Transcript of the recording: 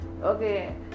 okay